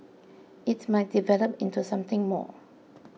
it might develop into something more